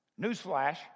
Newsflash